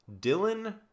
dylan